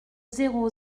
zéro